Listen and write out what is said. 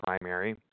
primary